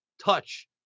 touch